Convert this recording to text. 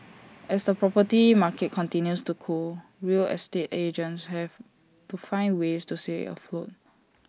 as the property market continues to cool real estate agents have to find ways to stay afloat